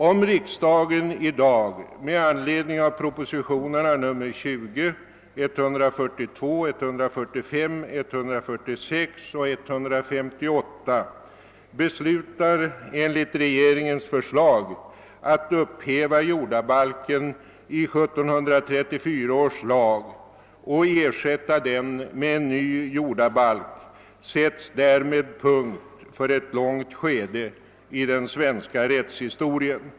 Om riksdagen med anledning av propositionerna nr 20, 142, 145, 146 och 158 beslutar enligt regeringens förslag att upphäva jordabalken i 1734 års lag och ersätta den med en ny jordabalk, sätts därmed punkt för ett långt skede i den svenska rättshistorien.